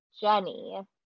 Jenny